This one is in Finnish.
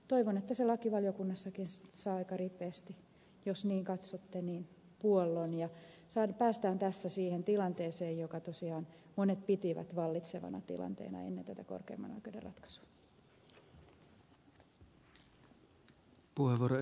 toivon että se lakivaliokunnassakin saa aika ripeästi jos niin katsotte puollon ja päästään tässä siihen tilanteeseen jota tosiaan monet pitivät vallitsevana tilanteena ennen tätä korkeimman oikeuden ratkaisua